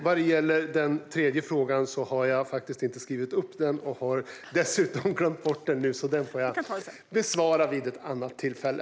Vad gäller den tredje frågan har jag faktiskt inte skrivit upp den och har dessutom glömt bort den, så den får jag besvara vid ett annat tillfälle.